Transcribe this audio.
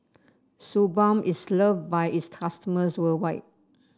Suu Balm is loved by its customers worldwide